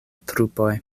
trupoj